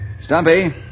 Stumpy